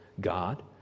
God